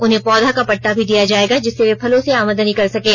उन्हें पौधा का पट्टा भी दिया जाएगा जिससे वे फलों से आमदनी कर सकें